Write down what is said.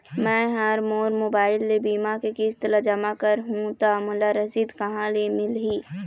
मैं हा मोर मोबाइल ले बीमा के किस्त ला जमा कर हु ता मोला रसीद कहां ले मिल ही?